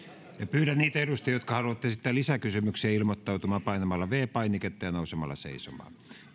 pyydän niitä edustajia jotka haluavat esittää lisäkysymyksiä ilmoittautumaan painamalla viides painiketta ja nousemalla seisomaan